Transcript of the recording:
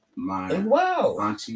Wow